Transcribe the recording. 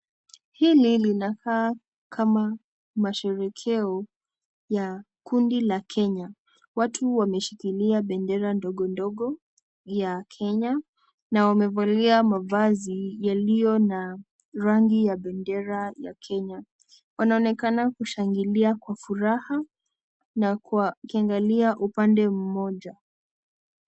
Hili linakaa kama masherehekeo ya kundi la Kenya. Watu wameshikilia bendera ndogo ndogo ya Kenya, na wamevalia mavazi yaliyo na rangi ya bendera ya Kenya. Wanaonekana kushangilia kwa furaha, na kuangalia upande mmoja.